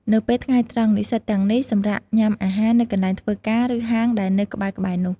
នៅពេលថ្ងៃត្រង់ និស្សិតទាំងនេះ សម្រាកញ៉ាំអាហារ នៅកន្លែងធ្វើការ ឬហាងដែលនៅក្បែរៗនោះ។